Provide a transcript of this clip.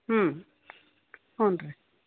ಹ್ಞೂ ಹ್ಞೂ ರೀ